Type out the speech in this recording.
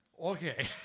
Okay